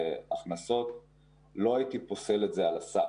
בהכנסות לא הייתי פוסל את זה על הסף.